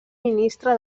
ministre